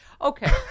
Okay